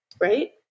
right